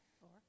Four